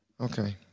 Okay